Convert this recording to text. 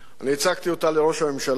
הצגתי אותה לראש הממשלה,